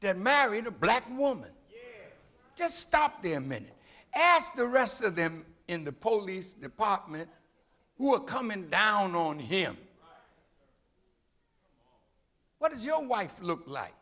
that married a black woman just stop them men ask the rest of them in the polies department who are coming down on him what does your wife look like